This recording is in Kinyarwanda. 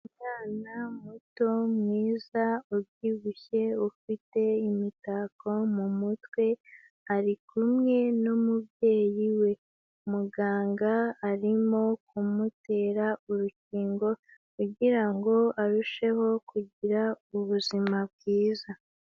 Umwana muto mwiza ubyibushye, ufite imitako mu mutwe, ari kumwe n'umubyeyi we, muganga arimo kumutera urukingo kugira ngo arusheho kugira ubuzima bwiza.